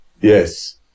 Yes